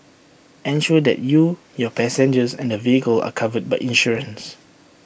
ensure that you your passengers and vehicle are covered by insurance